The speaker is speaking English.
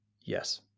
yes